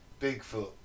Bigfoot